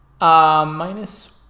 minus